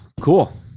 cool